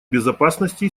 безопасности